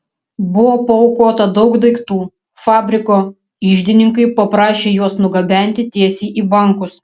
buvo paaukota daug daiktų fabriko iždininkai paprašė juos nugabenti tiesiai į bankus